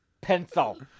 Pencil